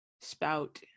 spout